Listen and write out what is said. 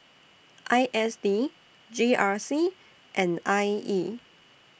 I S D G R C and I E